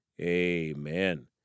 amen